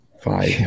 five